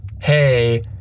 Hey